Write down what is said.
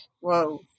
Whoa